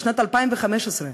בשנת 2015,